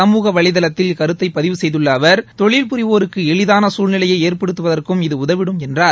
சமூக வலைதளத்தில் இக்கருத்தை பதிவு செய்துள்ள அவர் தொழில் புரிவோருக்கு எளிதான சூழ்நிலையை ஏற்படுத்துவதற்கும் இது உதவிடும் என்றார்